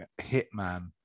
Hitman